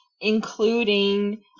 including